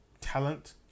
talent